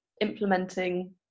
implementing